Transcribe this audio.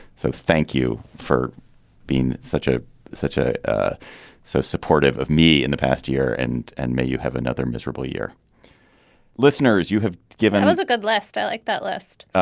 so thank you for being such a such ah a so supportive of me in the past year. and and may you have another miserable year listeners, you have given us a good list. i like that list.